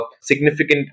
significant